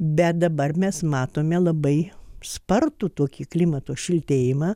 bet dabar mes matome labai spartų tokį klimato šiltėjimą